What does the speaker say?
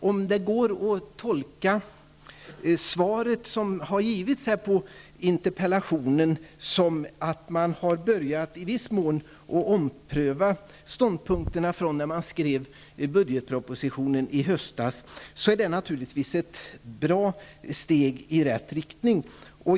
Om det går att tolka svaret som har givits på interpellationen som att man i viss mån har börjat ompröva de ståndpunkter man hade när man skrev budgetpropositionen i höstas, är det naturligtvis ett bra steg i rätt riktning.